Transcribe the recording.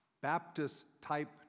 Baptist-type